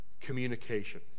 communication